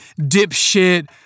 dipshit